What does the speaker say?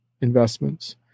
investments